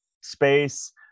space